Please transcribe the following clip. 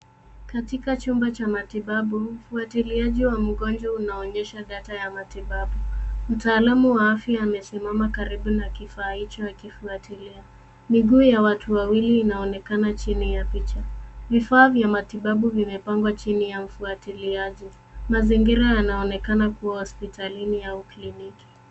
Katika chumba cha matibabu, mfuatiliaji wa mgonjwa unaonyesha data ya matibabu. Mtaalamu wa afya amesimama karibu na kifaa hicho akifuatilia. Miguu ya watu wawili inaonekana chini ya picha. Vifaa vya matibabu vimepangwa chini ya mfuatiliaji. Mazingira yanaonekana kuwa hospitalini au kliniki.